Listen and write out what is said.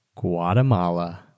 Guatemala